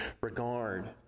regard